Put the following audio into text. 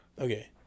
okay